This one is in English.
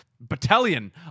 battalion